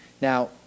Now